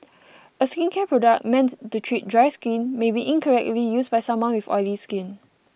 a skincare product meant to treat dry skin may be incorrectly used by someone with oily skin